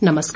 नमस्कार